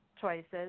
choices